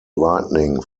lightning